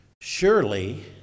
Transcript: surely